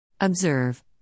Observe